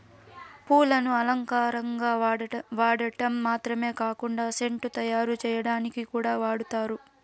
పూలను అలంకారంగా వాడటం మాత్రమే కాకుండా సెంటు తయారు చేయటానికి కూడా వాడతారు